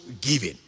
giving